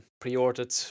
pre-ordered